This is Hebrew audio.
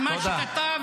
מזל שבדקתי.